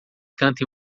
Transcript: canta